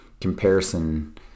comparison